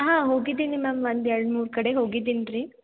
ಹಾಂ ಹೋಗಿದ್ದೀನಿ ಮ್ಯಾಮ್ ಒಂದು ಎರಡು ಮೂರು ಕಡೆ ಹೋಗಿದ್ದೀನ್ರಿ